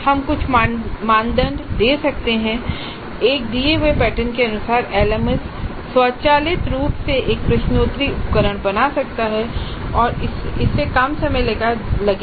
हम कुछ मानदंड दे सकते हैं और एक दिए हुए पैटर्न के अनुसार एलएमएस स्वचालित रूप से एक प्रश्नोत्तरी उपकरण बना सकता है और इससे समय कम लगेगा